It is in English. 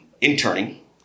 interning